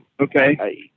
Okay